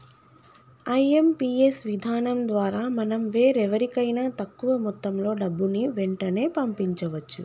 IMPS విధానం ద్వారా మనం వేరెవరికైనా తక్కువ మొత్తంలో డబ్బుని వెంటనే పంపించవచ్చు